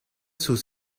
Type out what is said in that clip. sus